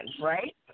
right